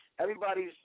everybody's